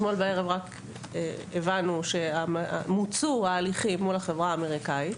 אתמול בערב רק הבנו שמוצו ההליכים מול החברה האמריקאית.